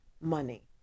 money